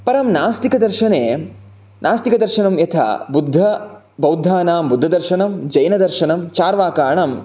परं नास्तिकदर्शने नास्तिकदर्शनं यथा बुद्ध बौद्धानां बुद्धदर्शनं जैनदर्शनं चार्वाकाणां